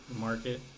market